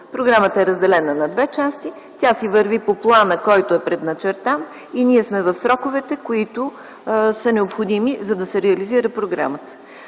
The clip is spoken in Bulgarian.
Програмата е разделена на две части, тя си върви по плана, който е предначертан и ние сме в сроковете, които са необходими, за да се реализира програмата.